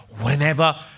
whenever